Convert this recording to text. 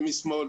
משמאל,